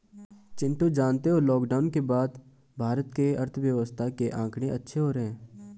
चिंटू जानते हो लॉकडाउन के बाद भारत के अर्थव्यवस्था के आंकड़े अच्छे हो रहे हैं